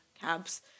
cabs